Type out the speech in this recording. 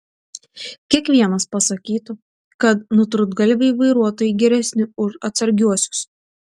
kiekvienas pasakytų kad nutrūktgalviai vairuotojai geresni už atsargiuosius